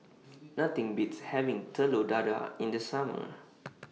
Nothing Beats having Telur Dadah in The Summer